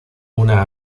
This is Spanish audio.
una